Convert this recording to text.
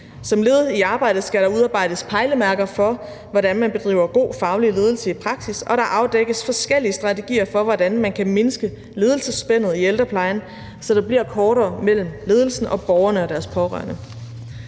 Som led i arbejdet skal der udarbejdes pejlemærker for, hvordan man bedriver god faglig ledelse i praksis, og der afdækkes forskellige strategier for, hvordan man kan mindske ledelsesspændet i ældreplejen, så der bliver kortere mellem ledelsen, borgerne og deres pårørende.